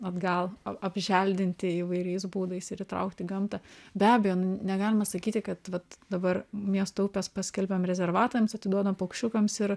atgal a apželdinti įvairiais būdais ir įtraukt į gamtą be abejo n negalima sakyti kad vat dabar miesto upes paskelbiam rezervatams atiduodam paukščiukams ir